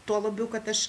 tuo labiau kad aš